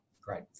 Great